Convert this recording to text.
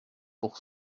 pour